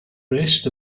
rest